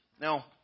Now